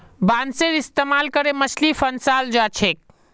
बांसेर इस्तमाल करे मछली फंसाल जा छेक